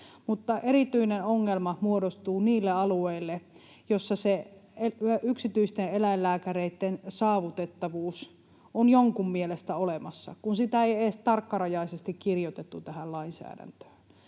erityinen ongelma muodostuu niille alueille, joilla se yksityisten eläinlääkäreitten saavutettavuus on jonkun mielestä olemassa, vaikka sitä ei edes tarkkarajaisesti kirjoitettu tähän lainsäädäntöön.